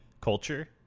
culture